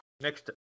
Next